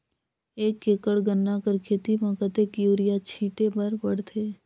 एक एकड़ गन्ना कर खेती म कतेक युरिया छिंटे बर पड़थे?